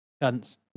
Guns